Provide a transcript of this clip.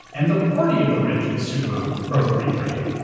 and the party of the rich is super pro-free trade.